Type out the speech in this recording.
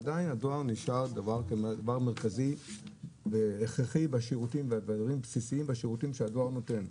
עדיין הדואר נשאר דבר מרכזי והכרחי בשירותים בסיסיים שהוא נותן.